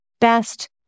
best